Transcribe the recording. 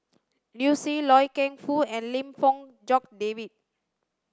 Liu Si Loy Keng Foo and Lim Fong Jock David